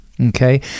okay